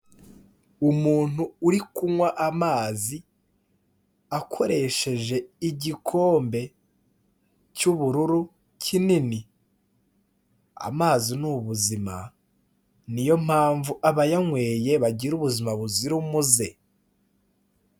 Umuntu uri kunywa amazi akoresheje igikombe cy'ubururu kinini, amazi nibu ubuzima ni yo mpamvu abayanyweye bagira ubuzima buzira umuze.